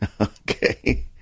Okay